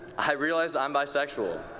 i realized i am bisexual,